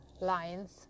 lines